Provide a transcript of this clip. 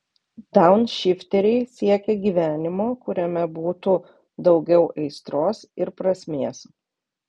daunšifteriai siekia gyvenimo kuriame būtų daugiau aistros ir prasmės